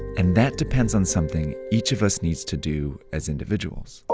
and that depends on something each of us needs to do as individuals.